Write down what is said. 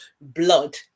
blood